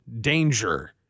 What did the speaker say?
danger